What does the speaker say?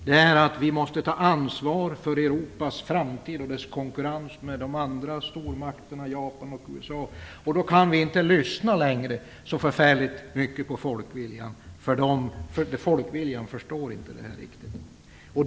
Man säger att vi måste ta ansvar för Europas framtid och dess konkurrens med de andra stormakterna Japan och USA, och då kan vi inte längre lyssna så förfärligt mycket på folkviljan. Folk förstår inte det här riktigt.